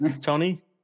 Tony